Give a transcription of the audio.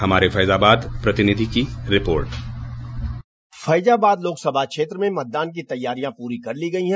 हमारे फैजाबाद प्रतिनिधि की रिपोर्ट फैजाबाद लोकसभा क्षेत्र में मतदान की तैयारियां पूरी कर ली गयी है